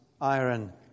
iron